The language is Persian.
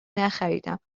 نخریدم